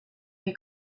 que